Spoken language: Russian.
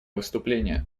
выступление